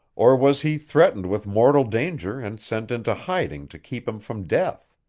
or was he threatened with mortal danger and sent into hiding to keep him from death?